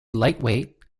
lightweight